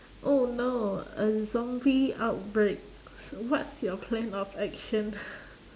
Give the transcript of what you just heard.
oh no a zombie outbreak what's your plan of action